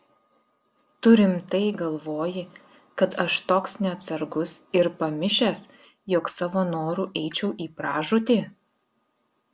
tu rimtai galvoji kad aš toks neatsargus ir pamišęs jog savo noru eičiau į pražūtį